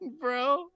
bro